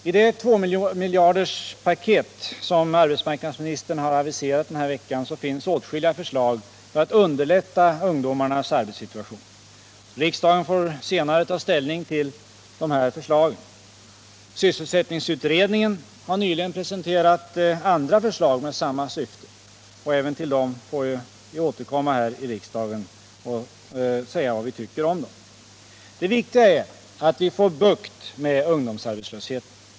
I det 2-miljarderspaket som arbetsmarknadsministern har aviserat denna vecka finns åtskilliga förslag för att underlätta ungdomarnas arbetssituation. Riksdagen får senare ta ställning till de här förslagen. Sysselsättningsutredningen har nyligen presenterat andra förslag med samma syfte. Vi får återkomma även till dem här i riksdagen och säga vad vi tycker om dem. Det viktiga är att vi får bukt med ungdomsarbetslösheten.